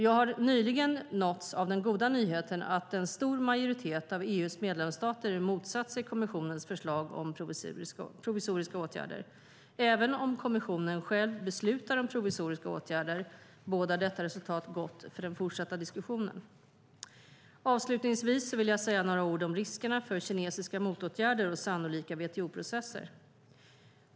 Jag har nyligen nåtts av den goda nyheten att en stor majoritet av EU:s medlemsstater motsatt sig kommissionens förslag om provisoriska åtgärder. Även om kommissionen själv beslutar om provisoriska åtgärder bådar detta resultat gott för den fortsatta diskussionen. Avslutningsvis vill jag säga några ord om riskerna för kinesiska motåtgärder och sannolika WTO-processer.